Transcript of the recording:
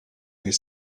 his